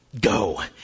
go